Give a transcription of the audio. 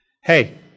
Hey